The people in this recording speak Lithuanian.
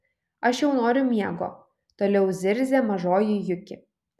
aš jau noriu miego toliau zirzė mažoji juki